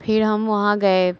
फिर हम वहाँ गए